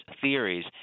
theories